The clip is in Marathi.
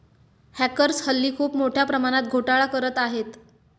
हॅकर्स हल्ली खूप मोठ्या प्रमाणात घोटाळा करत आहेत